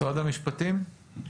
משרד המשפטים בזום,